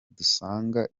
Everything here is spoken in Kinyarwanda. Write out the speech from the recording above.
dusanga